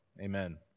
Amen